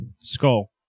Skull